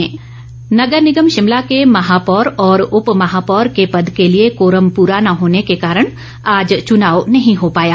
महापौर नगर निगम शिमला के महापौर और उप महापौर के पद के लिए कोरम पूरा न होने के कारण आज चूनाव नहीं हो पाया